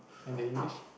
and the English